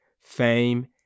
fame